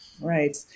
Right